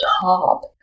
top